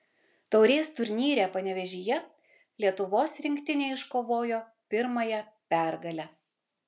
taurės turnyre panevėžyje lietuvos rinktinė iškovojo pirmąją pergalę